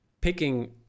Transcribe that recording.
picking